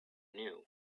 knew